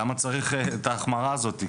למה צריך את ההחמרה הזאת,